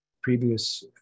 Previous